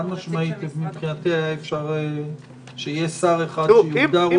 מבחינתי אפשר שיהיה שר אחד שיוגדר,